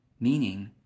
Meaning